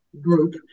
group